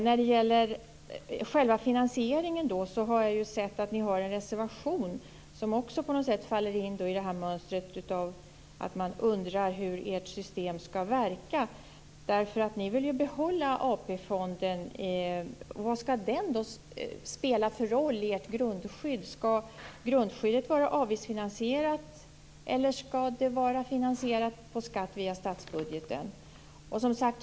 När det gäller själva finansieringen har jag sett att ni har en reservation som också faller in i det här mönstret. Man undrar hur ert system skall verka. Ni vill behålla AP-fonden. Vad skall den spela för roll i ert grundskydd? Skall grundskyddet vara avgiftsfinansierat, eller skall det vara skattefinansierat via statsbudgeten?